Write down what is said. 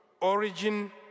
origin